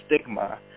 stigma